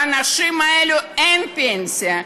לאנשים האלו אין פנסיה.